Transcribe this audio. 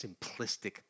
simplistic